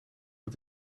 het